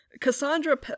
Cassandra